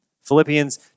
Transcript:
Philippians